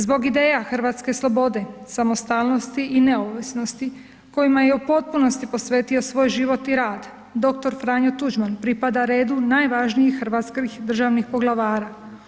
Zbog ideja hrvatske slobode, samostalnosti i neovisnosti kojima je potpuno posvetio svoj život i rad, dr. Franjo Tuđman pripada redu najvažnijih hrvatskih državnih poglavara.